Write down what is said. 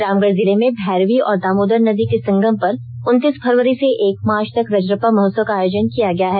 रामगढ़ जिले में भैरवी और दामोदर नदी के संगम पर उन्तीस फरवरी से एक मार्च तक राजरप्पा महोत्सव को आयोजन किया गया है